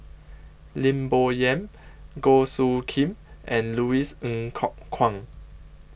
Lim Bo Yam Goh Soo Khim and Louis Ng Kok Kwang